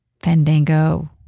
Fandango